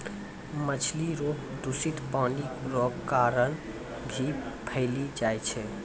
मछली रोग दूषित पानी रो कारण भी फैली जाय छै